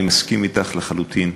אני מסכים אתך לחלוטין,